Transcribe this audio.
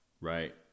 Right